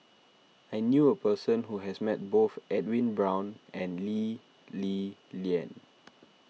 I knew a person who has met both Edwin Brown and Lee Li Lian